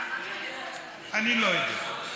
אני לא יודע.